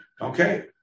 Okay